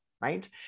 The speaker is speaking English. right